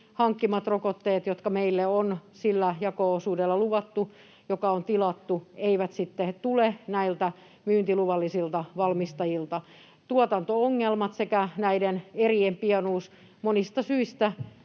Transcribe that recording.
hankkimat rokotteet, jotka meille on sillä jako-osuudella luvattu, joka on tilattu, eivät sitten tule näiltä myyntiluvallisilta valmistajilta: tuotanto-ongelmien vuoksi sekä näiden erien pienuuden vuoksi monista syistä,